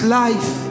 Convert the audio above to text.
life